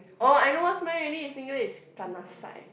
orh I know what's mine already Singlish is kanasai